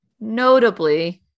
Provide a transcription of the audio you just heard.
notably